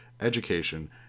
education